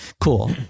cool